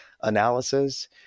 analysis